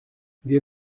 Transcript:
wir